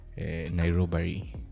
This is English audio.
Nairobi